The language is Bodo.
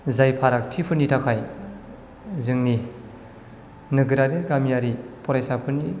जाय फारागथिफोरनि थाखाय जोंनि नोगोरारि गामियारि फरायसाफोरनि